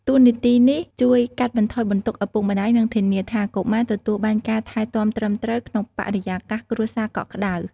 តួនាទីនេះជួយកាត់បន្ថយបន្ទុកឪពុកម្តាយ និងធានាថាកុមារទទួលបានការថែទាំត្រឹមត្រូវក្នុងបរិយាកាសគ្រួសារកក់ក្តៅ។